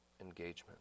engagement